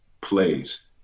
plays